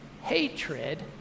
hatred